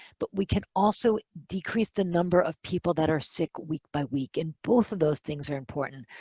but we can also decrease the number of people that are sick week by week. and both of those things are important.